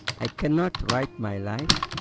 i cannot write my life,